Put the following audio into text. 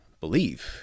believe